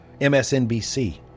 MSNBC